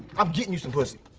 um getting you some pussy.